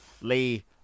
Lee